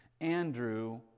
Andrew